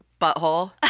butthole